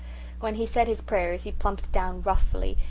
when he said his prayers he plumped down wrathfully,